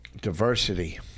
Diversity